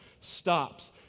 stops